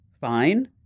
Fine